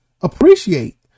appreciate